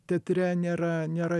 teatre nėra nėra